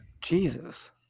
Jesus